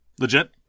Legit